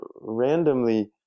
randomly